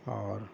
اور